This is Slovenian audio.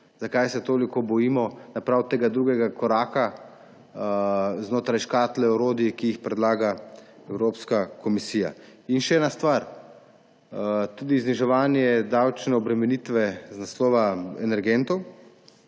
zakaj se toliko bojimo napraviti ta drugi korak znotraj škatle orodij, ki jih predlaga Evropska komisija. Še ena stvar. Zniževanje davčne obremenitve iz naslova energentov